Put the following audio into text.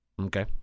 Okay